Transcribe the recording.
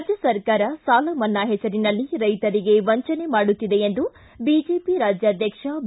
ರಾಜ್ಯ ಸರ್ಕಾರ ಸಾಲ ಮನ್ನಾ ಹೆಸರಲ್ಲಿ ರೈತರಿಗೆ ವಂಚನೆ ಮಾಡುತ್ತಿದೆ ಎಂದು ಬಿಜೆಪಿ ರಾಜ್ಯಾಕ್ಷಕ್ಷ ಬಿ